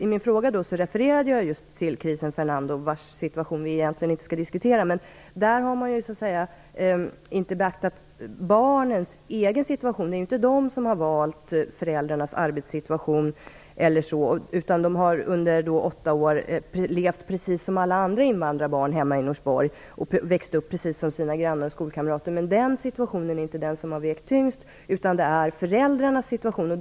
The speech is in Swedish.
I min fråga refererade jag till Chrisen Fernando, vars situation vi egentligen inte skall diskutera. I det fallet har man inte beaktat barnens egen situation. Det är inte de som har valt föräldrarnas arbetssituation. De har under åtta år levt precis som alla andra invandrarbarn hemma i Norsborg. De har vuxit upp precis som sina grannar och skolkamrater. Men det är inte den situationen utan föräldrarnas situation som har vägt tyngst.